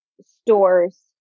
stores